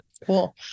cool